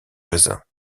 raisins